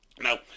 Now